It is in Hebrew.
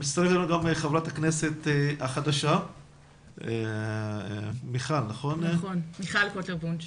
מצטרפת אלינו חברת הכנסת החדשה, מיכל קוטלר וונש.